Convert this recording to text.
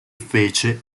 fece